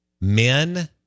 men